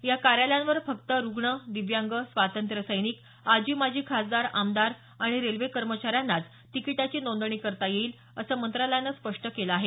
या कार्यालयांवर फक्त रुग्ण दिव्यांग स्वांतत्र्य सैनिक आजी माजी खासदार आमदार आणि रेल्वे कर्मचाऱ्यांनाच तिकीटाची नोंदणी करता येईल असं मंत्रालयानं स्पष्ट केलं आहे